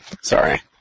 Sorry